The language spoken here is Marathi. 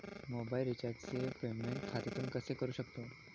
मोबाइल रिचार्जचे पेमेंट खात्यातून कसे करू शकतो?